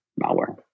malware